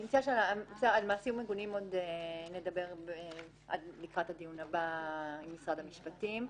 אני מציעה שעל מעשים מגונים עוד נדבר לקראת הדיון הבא עם משרד המשפטים.